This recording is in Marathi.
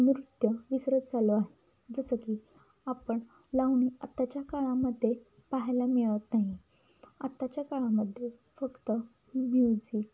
नृत्य विसरत चाललो आहे जसं की आपण लावणी आताच्या काळामध्ये पाहायला मिळत नाही आत्ताच्या काळामध्ये फक्त म्युझिक